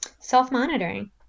Self-monitoring